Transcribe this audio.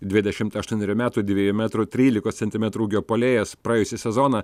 dvidešimt aštuonerių metų dviejų metrų trylikos centimetrų ūgio puolėjas praėjusį sezoną